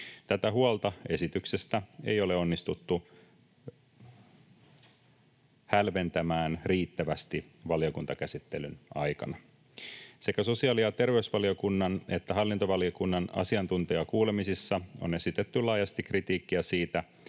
Tätä huolta esityksestä ei ole onnistuttu hälventämään riittävästi valiokuntakäsittelyn aikana. Sekä sosiaali- ja terveysvaliokunnan että hallintovaliokunnan asiantuntijakuulemisissa on esitetty laajasti kritiikkiä siitä,